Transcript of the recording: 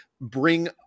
bring